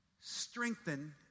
strengthen